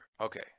Okay